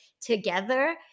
together